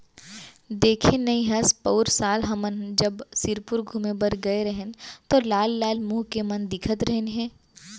देखे नइ हस पउर साल हमन जब सिरपुर घूमें बर गए रहेन तौ लाल लाल मुंह के मन दिखत रहिन हे